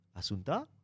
Asunta